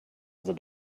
other